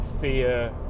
fear